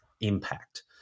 impact